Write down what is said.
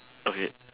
okay